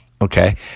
Okay